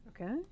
Okay